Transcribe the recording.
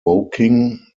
woking